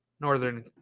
Northern